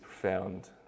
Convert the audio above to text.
profound